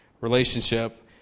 relationship